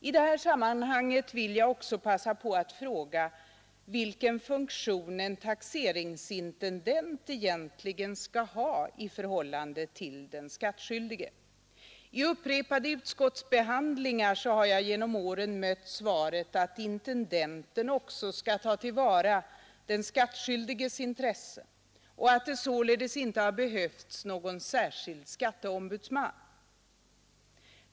I det här sammanhanget vill jag också fråga vilken funktion en taxeringsintendent egentligen skall ha i förhållande till den skattskyldige. I upprepade utskottsbehandlingar har jag genom åren mött svaret, att intendenten också skall ta till vara den skattskyldiges intressen och att det således inte behövts någon särskild skatteombudsman.